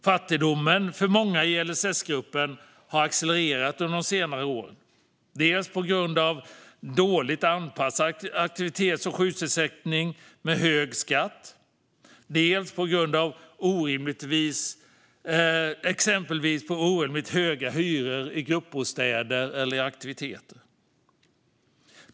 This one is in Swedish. Fattigdomen för många i LSS-gruppen har accelererat under senare år, dels på grund av dåligt anpassad aktivitets och sjukersättning med hög skatt, dels på grund av orimligt höga hyror i gruppbostäder eller kostnader för aktiviteter.